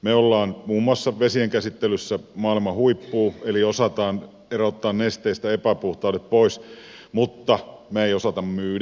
me olemme muun muassa vesien käsittelyssä maailmanhuippua eli osaamme erottaa nesteistä epäpuhtaudet pois mutta me emme osaa myydä